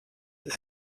est